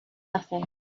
nothing